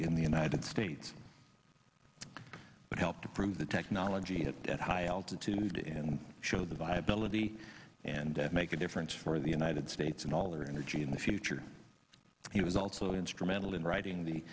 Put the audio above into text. in the united states but help to prove the technology at high altitude and show the viability and make a difference for the united states and all their energy in the future he was also instrumental in writing the